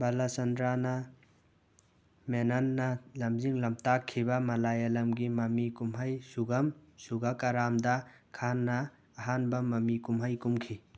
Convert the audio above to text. ꯕꯂꯥꯆꯟꯗ꯭ꯔꯅ ꯃꯦꯅꯟꯅ ꯂꯝꯖꯤꯡ ꯂꯝꯇꯥꯛꯈꯤꯕ ꯃꯥꯂꯥꯌꯥꯂꯝꯒꯤ ꯃꯃꯤ ꯀꯨꯝꯍꯩ ꯁꯨꯒꯝ ꯁꯨꯒꯀꯥꯔꯥꯝꯗ ꯈꯥꯟꯅ ꯑꯍꯥꯟꯕ ꯃꯃꯤ ꯀꯨꯝꯍꯩ ꯀꯨꯝꯈꯤ